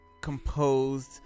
composed